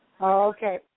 Okay